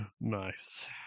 Nice